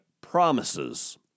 promises